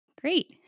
Great